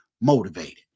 motivated